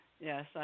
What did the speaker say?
Yes